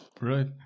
Right